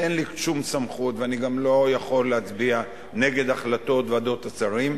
אין לי שום סמכות ואני גם לא יכול להצביע נגד החלטות ועדות השרים,